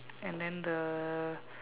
and then the